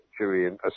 Julian